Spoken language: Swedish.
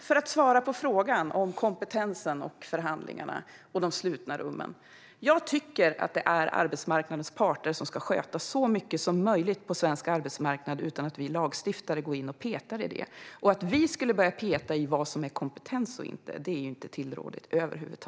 För att svara på frågan om kompetens, förhandlingar och slutna rum: Jag tycker att arbetsmarknadens parter ska sköta så mycket som möjligt på svensk arbetsmarknad och att vi lagstiftare inte ska gå in och peta i det. Att vi skulle börja peta i vad kompetens är vore över huvud taget inte tillrådligt.